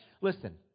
listen